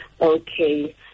Okay